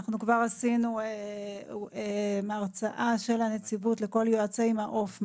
עשינו הרצאה של הנציבות לכל יועצי מעוף,